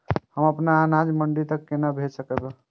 हम अपन अनाज मंडी तक कोना भेज सकबै?